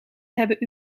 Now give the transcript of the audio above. hebben